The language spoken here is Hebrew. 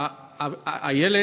הילד,